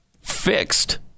fixed